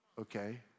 okay